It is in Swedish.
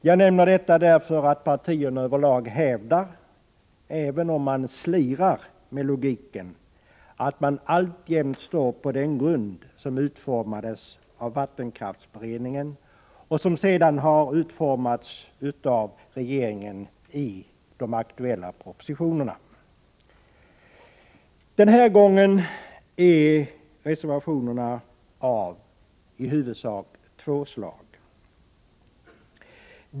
Jag nämner detta därför att partierna över lag hävdar — även om man slirar med logiken — att man alltjämt står på den grund som utformades av vattenkraftsberedningen och som sedan fullföljts av regeringen i de aktuella propositionerna. Den här gången är reservationerna av i huvudsak två slag.